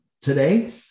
today